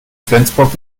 flensburg